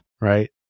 right